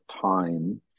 time